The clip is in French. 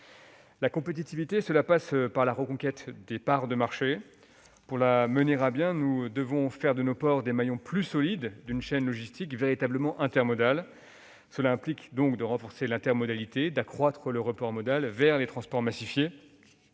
La compétitivité passe également par la reconquête des parts de marché. Pour la mener à bien, nous devons faire de nos ports des maillons plus solides d'une chaîne logistique véritablement intermodale. Cela implique de renforcer l'intermodalité et d'accroître le report modal vers les transports massifiés,